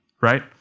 right